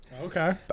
okay